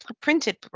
printed